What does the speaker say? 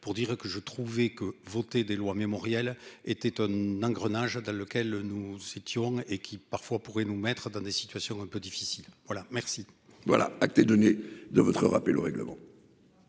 pour dire que je trouvais que voter des lois mémorielles était un engrenage dans lequel nous étions et qui parfois pourrait nous mettre dans des situations un peu difficile. Voilà, merci. Voilà que données de votre rappel au règlement.